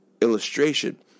illustration